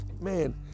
man